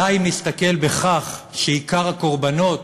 די אם נסתכל בכך שעיקר הקורבנות